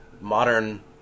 modern